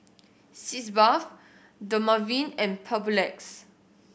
Sitz Bath Dermaveen and Papulex